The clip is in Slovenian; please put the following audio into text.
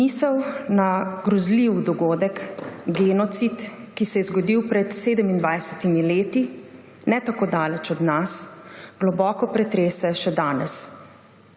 Misel na grozljiv dogodek, genocid, ki se je zgodil pred 27 leti ne tako daleč od nas, globoko pretrese še danes.